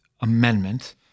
Amendment